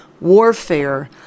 warfare